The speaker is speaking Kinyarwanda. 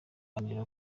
ariko